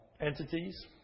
entities